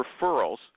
referrals